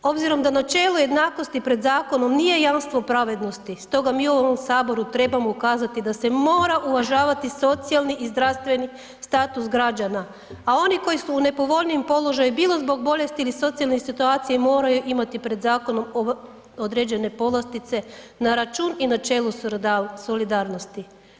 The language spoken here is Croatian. Obzirom da načelo jednakosti pred zakonom nije jamstvo pravednosti stoga mi u ovom HS trebamo ukazati da se mora uvažavati socijalni i zdravstveni status građana, a oni koji su u nepovoljnijem položaju bilo zbog bolesti ili socijalnih situacija moraju imati pred zakonom određene povlastice na račun i načelu solidarnosti.